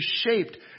shaped